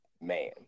man